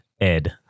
Ed